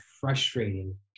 frustrating